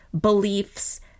beliefs